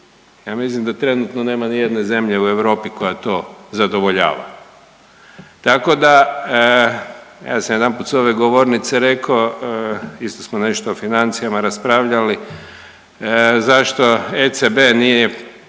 ja mislim da trenutno nema nijedne zemlje u Europi koja to zadovoljava. Tako da, ja sam jedanput s ove govornice reko, isto smo nešto o financijama raspravljali, zašto ECB nije